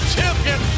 Champion